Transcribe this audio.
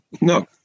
No